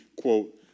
quote